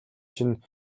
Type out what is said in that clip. чинь